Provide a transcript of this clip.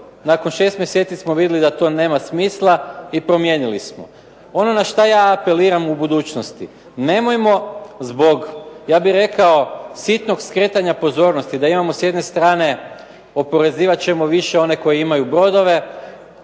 nakon šest mjeseci smo vidjeli da to nema smisla i promijenili smo. Ono na što ja apeliram u budućnosti, nemojmo zbog ja bih rekao sitnog skretanja pozornosti da imamo s jedne strane oporezivat ćemo više one koji imaju brodove,